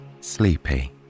sleepy